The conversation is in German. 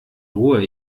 ruhe